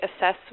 assess